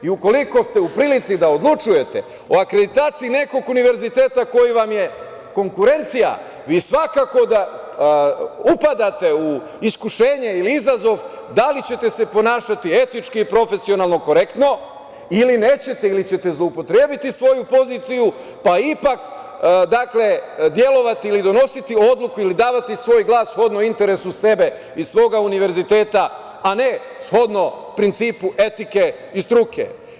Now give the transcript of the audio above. Ukoliko ste u prilici da odlučujete o akreditaciji nekog univerziteta koji vam je konkurencija, vi svakako da upadate u iskušenje ili izazov da li ćete se ponašati etički i profesionalno korektno ili nećete, ili ćete zloupotrebiti svoju poziciju pa ipak delovati ili donositi odluku ili davati svoj glas shodno interesu sebe i svoga univerziteta, a ne shodno principu etike i struke.